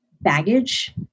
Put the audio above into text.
baggage